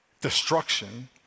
destruction